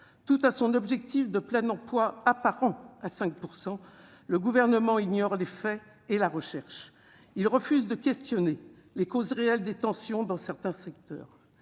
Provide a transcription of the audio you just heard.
tout à son objectif de plein emploi apparent à 5 % le gouvernement ignore les faits et la recherche, il refuse de questionner les causes réelles des tensions dans certains secteurs